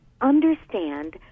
understand